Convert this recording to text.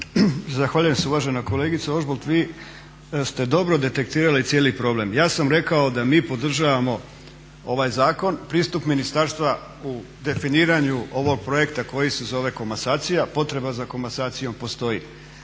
Zahvaljujem se uvažena kolegice Ožbolt. Vi ste dobro detektirali cijeli problem. Ja sam rekao da mi podržavamo ovaj zakon, pristup ministarstva u definiranju ovog projekta koji se zove komasacijom, potreba za komasacijom postoji.